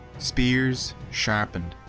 spears sharpened,